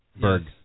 Berg